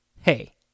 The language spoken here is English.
Hey